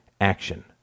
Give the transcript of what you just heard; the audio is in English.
action